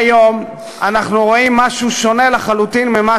היום אנחנו רואים משהו שונה לחלוטין ממה